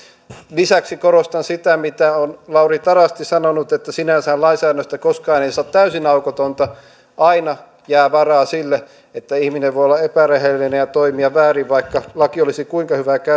lisäksi korostan sitä mitä on lauri tarasti sanonut sinänsähän lainsäädännöstä koskaan ei saa täysin aukotonta aina jää varaa sille että ihminen voi olla epärehellinen ja toimia väärin vaikka laki olisi kuinka hyvä ja käytännöt